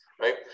Right